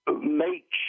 make